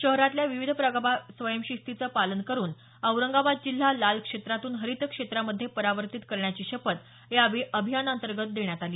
शहरातल्या विविध प्रभागात स्वयंशिस्तीच पालन करुन औरंगाबाद जिल्हा लाल क्षेत्रातून हरित क्षेत्रा मध्ये परावर्तित करण्याची शपथ या अभियानाअंतर्गत देण्यात आली